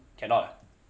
cannot ah